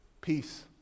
Peace